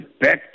back